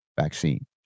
vaccine